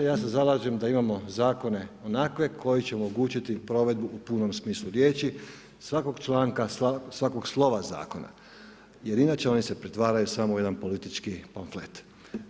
Ja se zalažem da imamo zakone onakve koji će omogućiti provedbu u punom smislu riječi svakog članka, svakog slova zakona jer inače oni se pretvaraju u samo jedan politički pamflet.